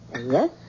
Yes